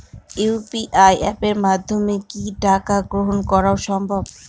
UPI অ্যাপের মাধ্যমে কি টাকা গ্রহণ করাও সম্ভব?